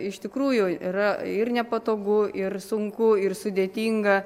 iš tikrųjų yra ir nepatogu ir sunku ir sudėtinga